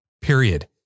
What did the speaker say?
Period